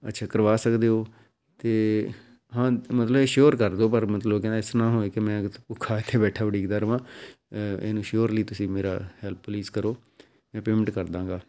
ਅੱਛਾ ਕਰਵਾ ਸਕਦੇ ਹੋ ਤਾਂ ਹਾਂ ਮਤਲਬ ਇਹ ਸ਼ੋਅਰ ਕਰ ਦਿਉ ਪਰ ਮਤਲਬ ਕਿ ਨਾ ਇਸ ਤਰ੍ਹਾਂ ਨਾ ਹੋਵੇ ਕਿਤੇ ਮੈਂ ਭੁੱਖਾ ਇੱਥੇ ਬੈਠਾ ਉਡੀਕਦਾ ਰਹਾਂ ਇਨਸ਼ੋਰਲੀ ਤੁਸੀਂ ਮੇਰਾ ਹੈਲਪ ਪਲੀਸ ਕਰੋ ਮੈਂ ਪੇਮੈਂਟ ਕਰ ਦੇਵਾਂਗਾ